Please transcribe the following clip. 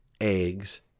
eggs